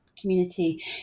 community